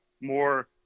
more